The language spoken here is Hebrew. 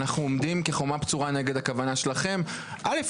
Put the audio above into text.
אנו עומדים כחומה בצורה נגד כוונתכם אל"ף